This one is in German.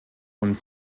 und